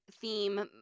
theme